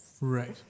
Right